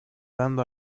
dando